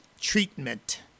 treatment